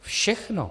Všechno!